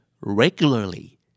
Regularly